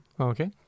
Okay